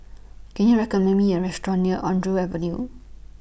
Can YOU recommend Me A Restaurant near Andrew Avenue